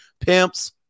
pimps